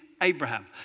Abraham